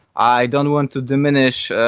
i don't want to diminish